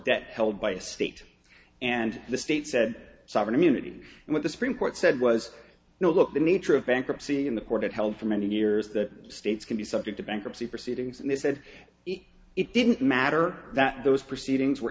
debt held by a state and the state said sovereign immunity and what the supreme court said was no look the nature of bankruptcy in the court upheld for many years that states can be subject to bankruptcy proceedings and they said it didn't matter that those proceedings were